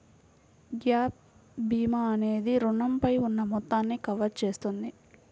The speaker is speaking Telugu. గ్యాప్ భీమా అనేది రుణంపై ఉన్న మొత్తాన్ని కవర్ చేస్తుంది